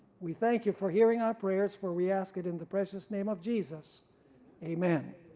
we thank you for hearing our prayers for we ask it in the precious name of jesus amen.